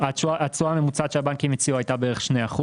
התשואה הממוצעת שהבנקים הציעו הייתה 2%